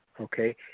okay